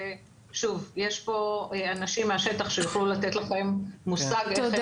ושוב: יש פה אנשים מהשטח שיוכלו לתת לכם מושג איך הם קובעים.